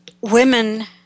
women